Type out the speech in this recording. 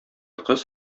кыз